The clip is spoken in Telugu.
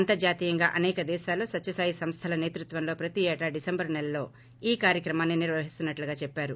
అంతర్లాతీయంగా అసేక దేశాల్లో సత్యసాయి సంస్దల సేతృత్వంలో ప్రతీ ఏటా డిసెంబరు నెలలో ఈ కార్యక్రమాన్ని నిర్వహిస్తున్నట్లుగా చెప్పారు